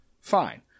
fine